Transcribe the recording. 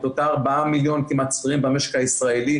את אותם כמעט 4 מיליון שכירים במשק הישראלי,